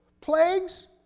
Plagues